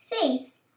face